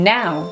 now